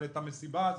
אבל המסיבה הזאת,